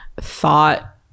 thought